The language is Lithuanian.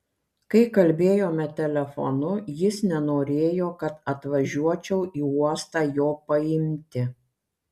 kai kalbėjome telefonu jis nenorėjo kad atvažiuočiau į uostą jo paimti